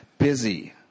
Busy